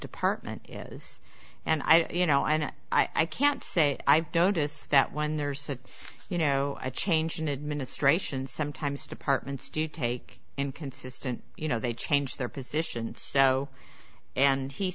department is and i don't you know i know i can't say i've noticed that when there's that you know a change in administration sometimes departments do take and consistent you know they change their position so and he